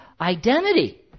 identity